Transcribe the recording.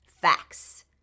facts